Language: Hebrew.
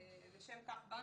לשם כך באנו.